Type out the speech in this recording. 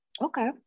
Okay